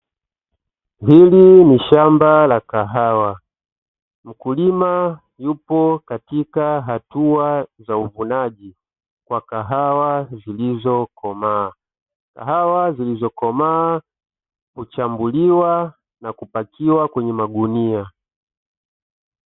Hili ni shamba la kahawa, mkulima yupo katika hatua za uvunaji wa kahawa zilizokomaa, kahawa zilizokomaa huchambuliwa na kupakiwa kwenye magunia.